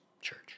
church